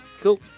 Cool